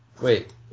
wait